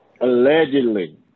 Allegedly